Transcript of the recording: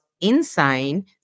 insane